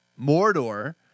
Mordor